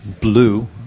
blue